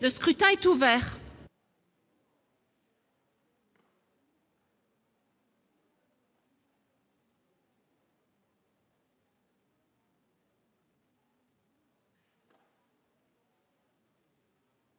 Le scrutin est ouvert.